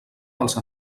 dels